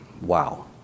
wow